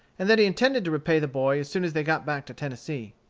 and that he intended to repay the boy as soon as they got back to tennessee.